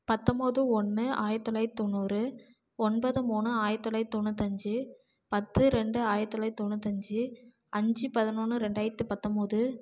பத்தம்பது ஒன்று ஆயிரத்தி தொள்ளாயிரத்தி தொண்ணூறு ஒன்பது மூணு ஆயிரத்தி தொள்ளாயிரத்தி தொண்ணூத்தஞ்சு பத்து ரெண்டு ஆயிரத்தி தொள்ளாயிரத்தி தொண்ணூத்தஞ்சு அஞ்சு பதினொன்று ரெண்டாயிரத்தி பத்தம்பது